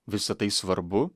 visa tai svarbu